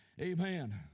Amen